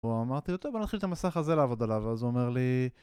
הוא אמרתי לו, טוב בוא נתחיל את המסך הזה לעבוד עליו אז הוא אומר לי...